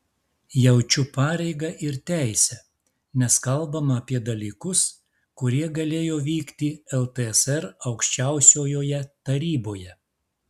jaučiu pareigą ir teisę nes kalbama apie dalykus kurie galėjo vykti ltsr aukščiausiojoje taryboje